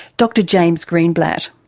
dr james greenblatt.